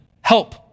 Help